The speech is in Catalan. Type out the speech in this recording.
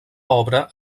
obra